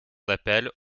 d’appel